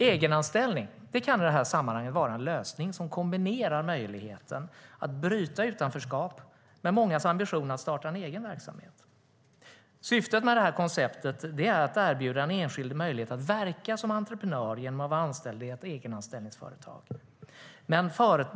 Egenanställning kan i det här sammanhanget vara en lösning som kombinerar möjligheten att bryta utanförskap med mångas ambition att starta en egen verksamhet. Syftet med konceptet är att erbjuda en enskild möjlighet att verka som entreprenör genom att vara anställd i ett egenanställningsföretag.